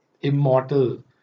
immortal